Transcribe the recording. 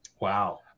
Wow